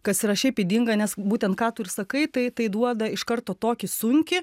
kas yra šiaip ydinga nes būtent ką tu ir sakai tai tai duoda iš karto tokį sunkį